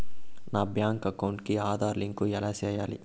నా bank account కి Aadhaar link ఎలా సేయాలి